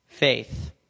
faith